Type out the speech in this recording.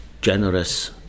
generous